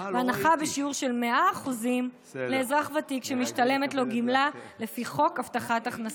והנחה בשיעור של 100% לאזרח ותיק שמשתלמת לו גמלה לפי חוק הבטחת הכנסה.